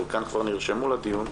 חלקן כבר נרשמו לדיון,